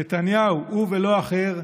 נתניהו, הוא ולא אחר,